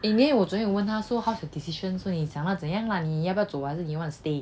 in the end 我昨天有问他 so how's your decision 你要不要走还是你要 stay